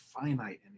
finite